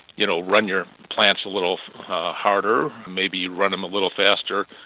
you know, run your plants a little harder, maybe run them a little faster.